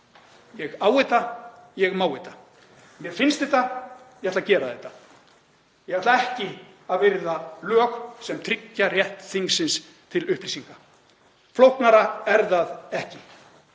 Ég á þetta, ég má þetta. Mér finnst þetta, ég ætla að gera þetta. Ég ætla ekki að virða lög sem tryggja rétt þingsins til upplýsinga. Flóknara er það ekki.